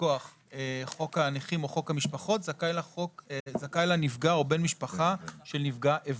מכוח חוק הנכים או חוק המשפחות זכאי לה נפגע או בן משפחה של נפגע איבה.